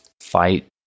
fight